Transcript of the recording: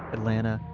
atlanta,